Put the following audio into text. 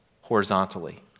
horizontally